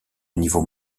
niveau